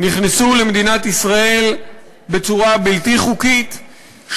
נכנסו למדינת ישראל בצורה בלתי חוקית,